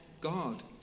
God